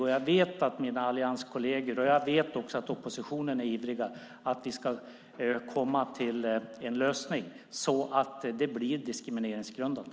Och jag vet att mina allianskolleger och att också ni i oppositionen är ivriga när det gäller att vi ska komma fram till en lösning så att det blir diskrimineringsgrundande.